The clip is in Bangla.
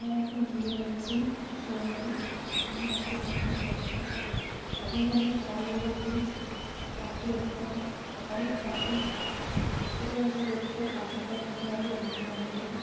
আমার এখন বিয়ে হয়েছে শহরে আমি আগে গ্রামে থাকতাম ওখানে আমি সকালবেলা উঠে পাখি দেখতাম অনেক পাখি চেঁচামিচি করতো পাখির ডাক শুনে আগে ঘুম ভাঙত